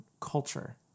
culture